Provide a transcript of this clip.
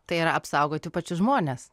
tai yra apsaugoti pačius žmones